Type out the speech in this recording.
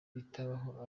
bitabaho